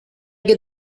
get